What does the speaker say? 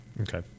Okay